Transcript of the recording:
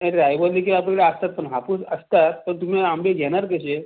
नाही रायवळ देखील आपल्याकडे असतात पण हापूस असतात पण तुम्ही आंबे घेणार कसे